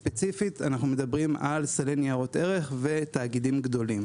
ספציפית אנחנו מדברים על סלי ניירות ערך ותאגידים גדולים.